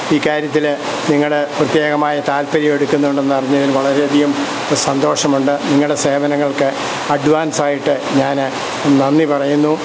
ഇക്കാര്യത്തിൽ നിങ്ങളുടെ പ്രത്യേകമായ താൽപ്പര്യം എടുക്കുന്നുണ്ട് എന്ന് അറിഞ്ഞതിൽ വളരെയധികം സന്തോഷമുണ്ട് നിങ്ങളുടെ സേവനങ്ങൾക്ക് അഡ്വാൻസ് ആയിട്ട് ഞാൻ നന്ദി പറയുന്നു